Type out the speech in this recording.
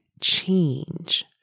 change